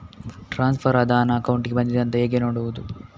Transfer ಆದ ಹಣ ಅಕೌಂಟಿಗೆ ಬಂದಿದೆ ಅಂತ ಹೇಗೆ ನೋಡುವುದು?